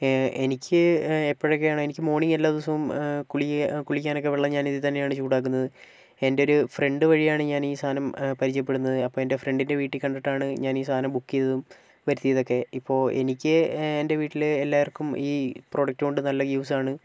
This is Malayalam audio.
എനിക്ക് എപ്പോഴൊക്കെയാണ് എനിക്ക് മോർണിങ് എല്ലാ ദിവസവും കുളി കുളിക്കാനൊക്കെ വെള്ളം ഞാൻ ഇത് തന്നെയാണ് ചൂടാക്കുന്നത് എന്റെയൊരു ഫ്രണ്ട് വഴിയാണ് ഞാൻ ഈ സാധനം പരിചയപ്പെടുന്നത് അപ്പോൾ എൻ്റെ ഫ്രണ്ടിൻ്റെ വീട്ടിൽ കണ്ടിട്ടാണ് ഞാൻ ഈ സാധനം ബുക്ക് ചെയ്തതും വരുത്തിയതുമൊക്കെ ഇപ്പോൾ എനിക്ക് എൻ്റെ വീട്ടിൽ എല്ലാവർക്കും ഈ പ്രൊഡക്റ്റ് കൊണ്ട് നല്ല യൂസ് ആണ്